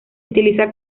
utiliza